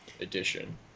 Edition